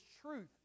truth